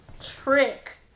trick